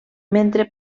mentre